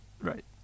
Right